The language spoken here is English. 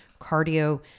cardio